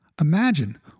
Imagine